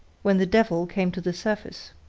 when the devil came to the surface.